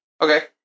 Okay